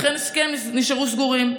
ולכן עסקיהם נשארו סגורים,